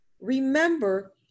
remember